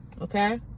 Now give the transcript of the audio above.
okay